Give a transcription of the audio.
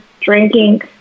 drinking